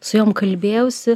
su jom kalbėjausi